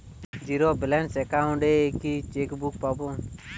Zero balance account এ কি chequebook পাব?